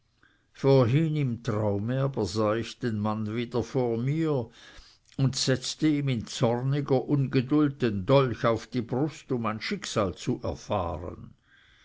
vorhin im traume aber sah ich den mann wieder vor mir und setzte ihm in zorniger ungeduld den dolch auf die brust um mein schicksal zu erfahren